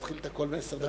נתחיל את הכול מעשר דקות.